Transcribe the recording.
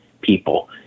people